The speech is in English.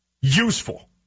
useful